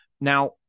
Now